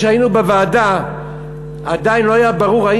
כשהיינו בוועדה עדיין לא היה ברור אם